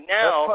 now